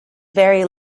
very